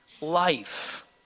life